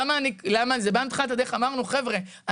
אמרנו חבר'ה,